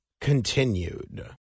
continued